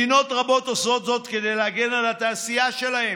מדינות רבות עושות זאת כדי להגן על התעשייה שלהן,